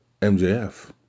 MJF